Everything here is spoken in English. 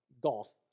golf